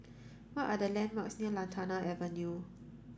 what are the landmarks near Lantana Avenue